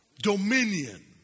dominion